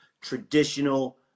traditional